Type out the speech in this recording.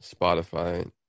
Spotify